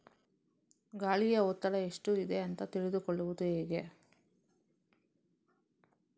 ಗಾಳಿಯ ಒತ್ತಡ ಎಷ್ಟು ಇದೆ ಅಂತ ತಿಳಿದುಕೊಳ್ಳುವುದು ಹೇಗೆ?